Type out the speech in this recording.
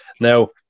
Now